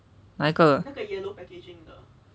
哪一个